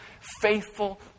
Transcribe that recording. faithful